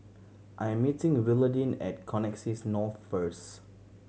I am meeting Willodean at Connexis North first